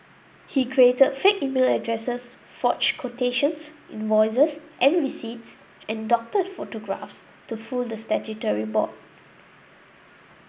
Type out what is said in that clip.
he created fake email addresses forged quotations invoices and receipts and doctored photographs to fool the statutory board